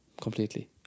completely